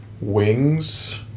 wings